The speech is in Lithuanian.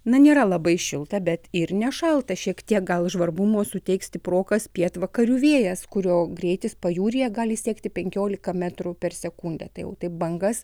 na nėra labai šilta bet ir nešalta šiek tiek gal žvarbumo suteiks stiprokas pietvakarių vėjas kurio greitis pajūryje gali siekti penkiolika metrų per sekundę tai jau taip bangas